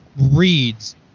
reads